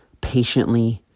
patiently